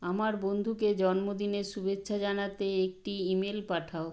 আমার বন্ধুকে জন্মদিনের শুভেচ্ছা জানাতে একটি ইমেল পাঠাও